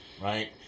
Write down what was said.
right